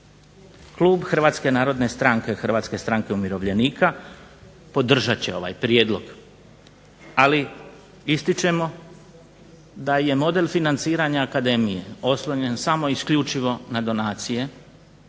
Klub Hrvatske narodne stranke, Hrvatske stranke umirovljenika, podržat će ovaj Prijedlog ali ističemo da je model financiranja akademije oslonjen isključivo na donacije,